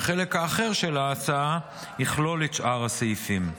וחלק אחר של ההצעה יכלול את שאר הסעיפים.